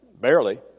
barely